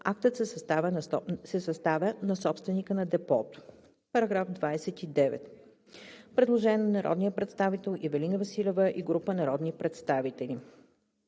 актът се съставя на собственика на депото.“ По § 29 има предложение на народния представител Ивелина Василева и група народни представители.